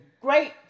great